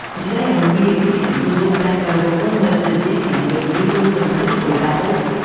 and today on rear vision, we'll look back over almost a decade of legal and political battles,